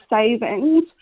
savings